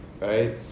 right